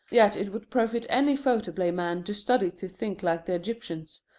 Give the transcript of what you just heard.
yet it would profit any photoplay man to study to think like the egyptians,